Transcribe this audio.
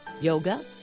yoga